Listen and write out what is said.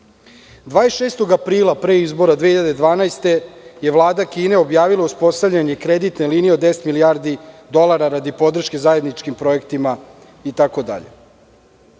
26. aprila, pre izbora 2012. godine, je Vlada Kine objavila uspostavljanje kreditne linije od 10 milijardi dolara radi podrške zajedničkim projektima itd.